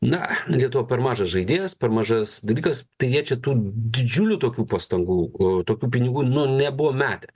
na lietuva per mažas žaidėjas per mažas dalykas tai jie čia tų didžiulių tokių pastangų tokių pinigų nu nebuvo metę